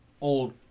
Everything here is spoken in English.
old